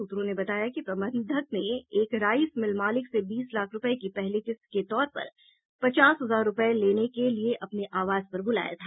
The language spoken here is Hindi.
सूत्रों ने बातया कि प्रबंधक ने एक राईस मील मालिक से बीस लाख रूपये की पहली किस्त के तौर पर पचास हजार रूपये लेने के लिए अपने आवास पर बुलाया था